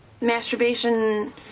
masturbation